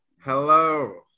Hello